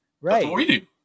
Right